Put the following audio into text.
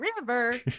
river